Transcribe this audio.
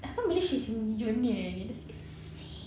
I can't believe she's in uni already that's insane